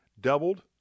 doubled